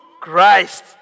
Christ